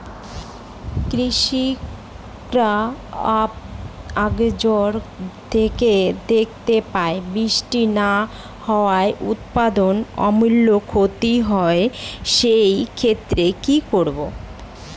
কৃষকরা আকছার দেখতে পায় বৃষ্টি না হওয়ায় উৎপাদনের আমূল ক্ষতি হয়, সে ক্ষেত্রে কি করব?